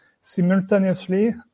simultaneously